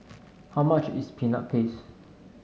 how much is Peanut Paste